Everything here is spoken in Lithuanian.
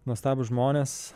nuostabūs žmonės